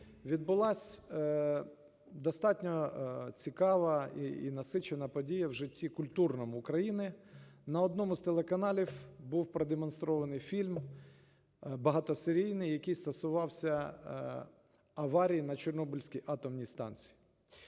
відбулась достатньо цікава і насичена подія в житті культурному України. На одному з телеканалів був продемонстрований фільм багатосерійний, який стосувався аварії на Чорнобильській атомній станції.